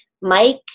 Mike